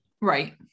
Right